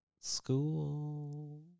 school